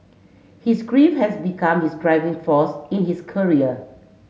his grief had become his driving force in his career